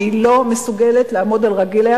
והיא לא מסוגלת לעמוד על רגליה,